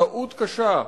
טעות קשה,